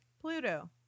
Pluto